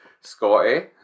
Scotty